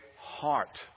heart